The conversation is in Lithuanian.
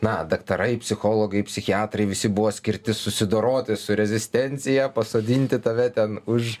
na daktarai psichologai psichiatrai visi buvo skirti susidoroti su rezistencija pasodinti tave ten už